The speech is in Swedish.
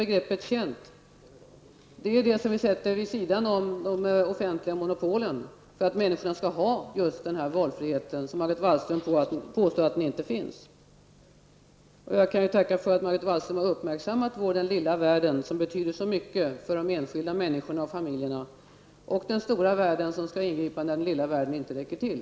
Det är ju det begreppet som vi sätter vid sidan om de offentliga monopolen för att människor skall ha just den valfrihet som Margot Wallström påstår inte finns. Jag kan tacka för att Margot Wallström har upptäckt den lilla världen som betyder så mycket för de enskilda människorna och familjerna. Den stora världen skall ingripa när den lilla världen inte räcker till.